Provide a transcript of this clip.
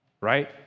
right